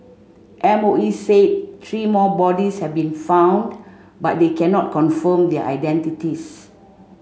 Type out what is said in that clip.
M O E said three more bodies have been found but they cannot confirm their identities